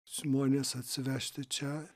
žmones atsivežti čia